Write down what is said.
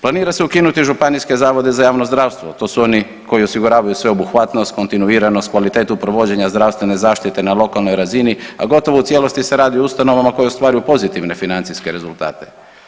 Planira se ukinuti županijske zavode za javno zdravstvo, to su oni koji osiguravaju sveobuhvatnost, kontinuiranost, kvalitetu provođenja zdravstvene zaštite na lokalnoj razini, a gotovo u cijelosti se radi o ustanovama koje ostvaruju pozitivne financijske rezultate.